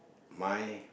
my